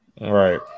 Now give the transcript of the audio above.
right